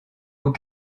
aux